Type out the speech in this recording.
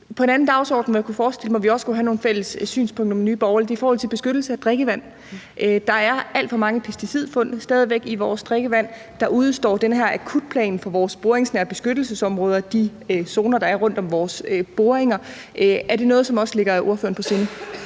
forestille mig at vi også kunne have nogle fælles synspunkter med Nye Borgerlige, er i forhold til beskyttelse af drikkevand. Der er stadig væk alt for mange pesticidfund i vores drikkevand. Der udestår den her akutplan for vores boringsnære beskyttelsesområder – de zoner, der er rundt om vores boringer. Er det noget, som også ligger ordføreren på sinde?